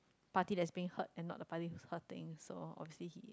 party that is being hurt and not the party that is hurting so obviously he